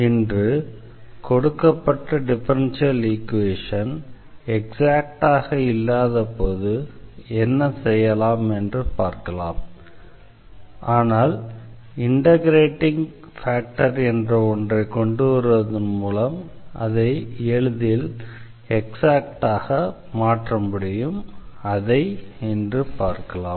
இன்று கொடுக்கப்பட்ட differential equation எக்ஸாக்டாக இல்லாதபோது என்ன செய்யலாம் என்று பார்க்கலாம் ஆனால் இண்டெக்ரேட்டிங் ஃபேக்டர் என்ற ஒன்றை கொண்டு வருவதன் மூலம் அதை எளிதில் எக்ஸாக்டாக மாற்ற முடியும் அதை இன்று பார்க்கலாம்